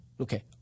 okay